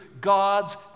God's